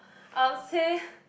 I would say